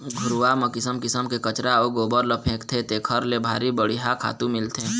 घुरूवा म किसम किसम के कचरा अउ गोबर ल फेकथे तेखर ले भारी बड़िहा खातू मिलथे